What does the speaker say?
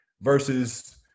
versus